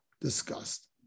discussed